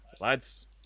lads